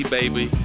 Baby